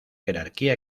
jerarquía